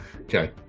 Okay